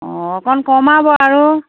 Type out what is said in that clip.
অঁ অকণ কমাব আৰু